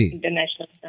International